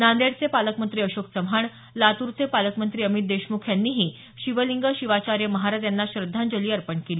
नांदेडचे पालकमंत्री अशोक चव्हाण लातूरचे पालकमंत्री अमित देशमुख यांनीही शिवलिंग शिवाचार्य महाराज यांना श्रद्धांजली अर्पण केली